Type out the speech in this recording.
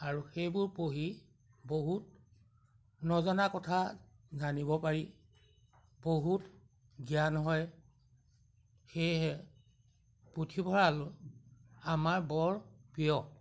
আৰু সেইবোৰ পঢ়ি বহুত নজনা কথা জানিব পাৰি বহুত জ্ঞান হয় সেয়েহে পুথিভঁৰাল আমাৰ বৰ প্ৰিয়